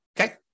Okay